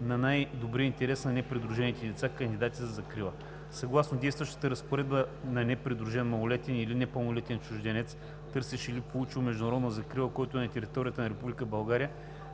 на най-добрия интерес на непридружените деца, кандидати за закрила. Съгласно действащата разпоредба на непридружен малолетен или непълнолетен чужденец, търсещ или получил международна закрила, който е на територията на